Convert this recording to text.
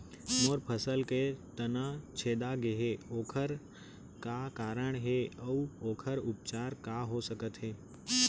मोर फसल के तना छेदा गेहे ओखर का कारण हे अऊ ओखर उपचार का हो सकत हे?